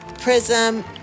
Prism